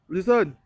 Listen